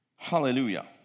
hallelujah